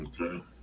Okay